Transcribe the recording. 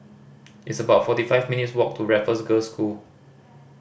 it's about forty five minutes' walk to Raffles Girls' School